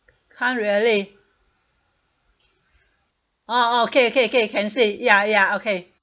can't really oh oh okay okay K can say ya ya okay